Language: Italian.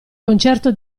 concerto